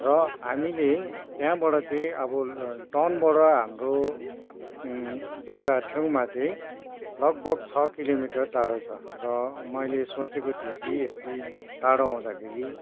र हामीले त्यहाँबाट चाहिँ अब टाउनबाट हाम्रो जग्गा ठाउँमा चाहिँ लगभग छ किलोमिटर टाडो छ र मैले सोचेको थिएँ कि यति टाडो आउँदाखेरि